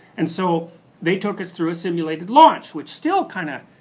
and so they took us through a simulated launch which still kind of,